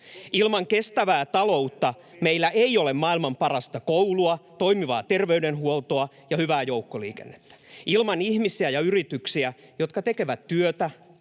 Ilman kestävää taloutta meillä ei ole maailman parasta koulua, toimivaa terveydenhuoltoa ja hyvää joukkoliikennettä. Ilman ihmisiä ja yrityksiä, jotka tekevät työtä,